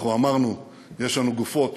אנחנו אמרנו שיש לנו גופות